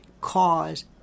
cause